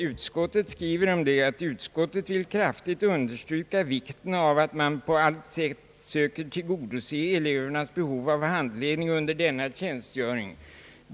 Utskottet skriver: »Utskottet vill också kraftigt understryka vikten av.att man på allt sätt söker tillgodose elevernas behov av handledning under denna tjänstgöring.